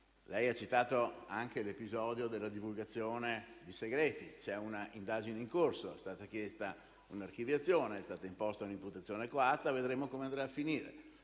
Ella ha citato anche l'episodio della divulgazione di segreti. Vi è una indagine in corso; è stata chiesta una archiviazione ed è stata imposta una imputazione coatta. Vedremo come andrà a finire